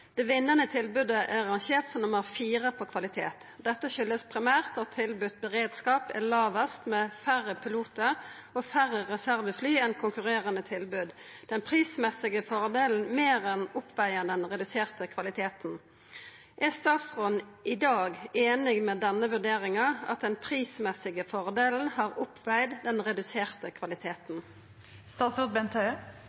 vinnende tilbudet er rangert som nr. 4 på kvalitet. Dette skyldes primært at tilbudt beredskap er lavest med færre piloter og færre reservefly enn konkurrerende tilbud. Den prismessige fordelen mer enn oppveier den reduserte kvaliteten.» Er statsråden i dag enig med denne vurderingen, at den prismessige fordelen har oppveid den reduserte kvaliteten?»